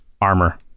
armor